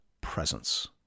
presence